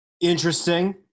Interesting